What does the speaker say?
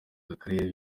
akarere